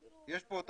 יש פה את